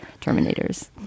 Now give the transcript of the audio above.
Terminators